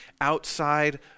outside